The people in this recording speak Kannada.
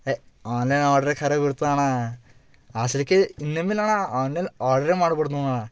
ಆನ್ಲೈನ್ ಆರ್ಡ್ರೇ ಖರಾಬಿರ್ತವೆ ಅಣ್ಣ ಅಸಲಿಕಿ ಇನ್ಮೇಲೆ ಅಣ್ಣ ಆನ್ಲೈನ್ ಆರ್ಡ್ರೇ ಮಾಡ್ಬಾರ್ದು ನೋಡಣ್ಣ